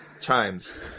chimes